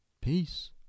Peace